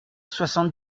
soixante